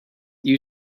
you